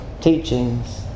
teachings